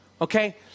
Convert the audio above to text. Okay